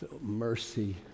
Mercy